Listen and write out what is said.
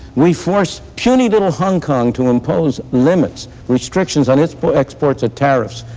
we force puny little hong kong to impose limits, restrictions on its exports at tariffs,